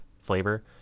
flavor